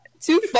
two